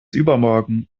übermorgen